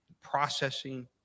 processing